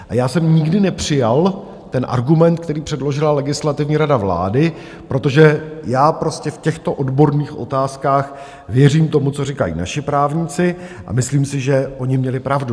A já jsem nikdy nepřijal ten argument, který předložila Legislativní rada vlády, protože já prostě v těchto odborných otázkách věřím tomu, co říkají naši právníci, a myslím si, že oni měli pravdu.